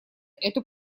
эту